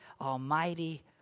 Almighty